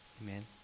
amen